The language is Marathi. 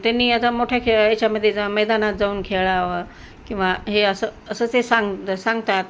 त्यांनी आता मोठ्या खेळ याच्यामध्ये जा मैदानात जाऊन खेळावं किंवा हे असं असं ते सांग सांगतात